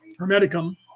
Hermeticum